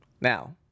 Now